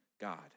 God